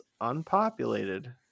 unpopulated